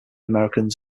americans